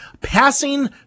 Passing